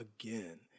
again